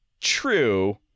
true